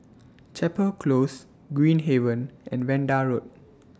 Chapel Close Green Haven and Vanda Road